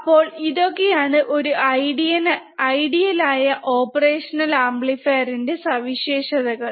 അപ്പോൾ ഇതൊക്കെയാണ് ഒരു ഐഡിയൽ ആയ ഓപ്പറേഷണൽ ആംപ്ലിഫയറിന്റെ സവിശേഷതകൾ